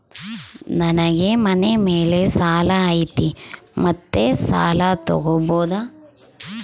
ನನಗೆ ಮನೆ ಮೇಲೆ ಸಾಲ ಐತಿ ಮತ್ತೆ ಸಾಲ ತಗಬೋದ?